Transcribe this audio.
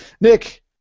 Nick